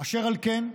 אשר על כן,